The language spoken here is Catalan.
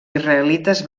israelites